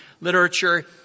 literature